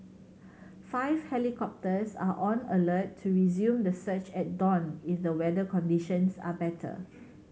five helicopters are on alert to resume the search at dawn if the weather conditions are better